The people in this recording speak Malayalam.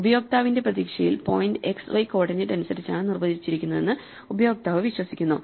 ഉപയോക്താവിൻറെ പ്രതീക്ഷയിൽ പോയിന്റ് x y കോർഡിനേറ്റ് അനുസരിച്ചാണ് നിർവചിച്ചിരിക്കുന്നതെന്ന് ഉപയോക്താവ് വിശ്വസിക്കുന്നു